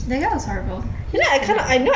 that guy was horrible